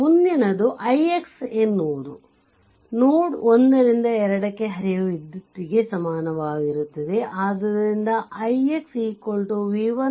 ಮುಂದಿನದು ix ಎನ್ನುವುದು node 1 ರಿಂದ 2 ಕ್ಕೆ ಹರಿಯುವ ವಿದ್ಯುತ್ ಗೆ ಸಮನಾಗಿರುತ್ತದೆ